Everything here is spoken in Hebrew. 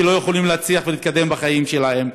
לא יכולים להצליח ולהתקדם בחיים שלהם.